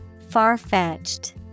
Far-fetched